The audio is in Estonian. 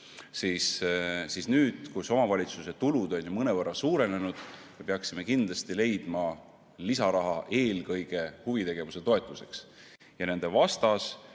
ära, peaks nüüd, kui omavalitsuse tulud on mõnevõrra suurenenud, kindlasti leidma lisaraha eelkõige huvitegevuse toetuseks. Nende vastas